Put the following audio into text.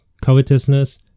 covetousness